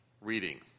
reading